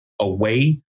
away